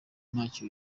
ntacyo